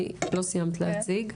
לא סיימת להציג,